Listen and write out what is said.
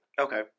Okay